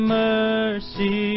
mercy